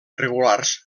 regulars